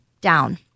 down